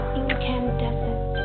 incandescent